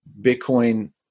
Bitcoin